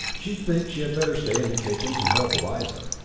she thinks she had better stay in the kitchen to help eliza.